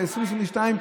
ב-2022,